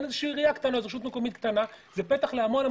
עירייה רשות מקומית קטנה - זה פתח להמון.